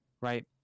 right